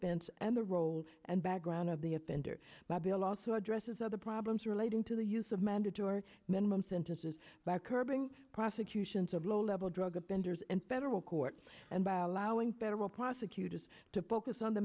bench and the role and background of the offender babil also addresses other problems relating to the use of mandatory minimum sentences by curbing prosecutions of low level drug a bender's and federal courts and by allowing federal prosecutors to focus on the